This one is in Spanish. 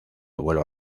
vuelo